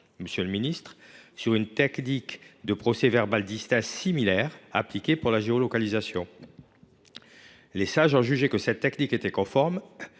ministre d’État – sur une technique de procès verbal distinct similaire appliquée pour la géolocalisation. Les Sages ont jugé que cette technique était conforme,